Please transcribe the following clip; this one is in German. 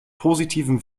positiven